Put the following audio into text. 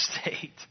state